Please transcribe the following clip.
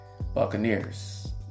Buccaneers